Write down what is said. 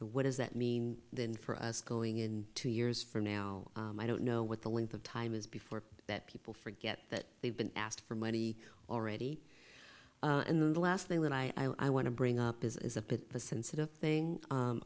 and what does that mean then for us going in two years from now i don't know what the length of time is before that people forget that they've been asked for money already in the last thing that i want to bring up is a bit of a sensitive thing